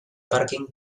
pàrquing